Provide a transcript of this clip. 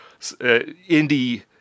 Indie